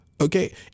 okay